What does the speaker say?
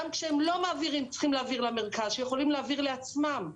גם כשהם לא צריכים להעביר למרכז ויכולים להעביר לעצמם.